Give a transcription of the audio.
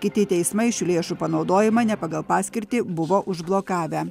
kiti teismai šių lėšų panaudojimą ne pagal paskirtį buvo užblokavę